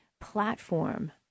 platform